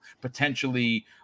potentially